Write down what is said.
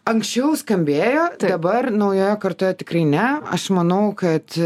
anksčiau skambėjo dabar naujoje kartoje tikrai ne aš manau kad